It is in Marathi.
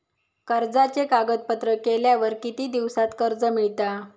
कर्जाचे कागदपत्र केल्यावर किती दिवसात कर्ज मिळता?